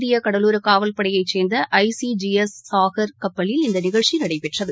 இந்திய கடலோரக் காவல்படையைச் சேர்ந்த I C G S Sahar கப்பலில் இந்த நிகழ்ச்சி நடைபெற்றது